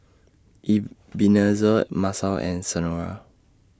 Ebenezer Masao and Senora